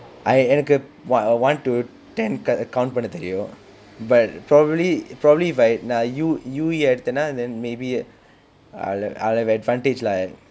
I எனக்கு:enakku one to ten count பண்ண தெரியும்:panna theriyum but probably probably by நான்:naan U U E எடுத்தேன்னா:eduthennaa then maybe I'll have I'll have advantage lah